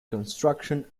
construction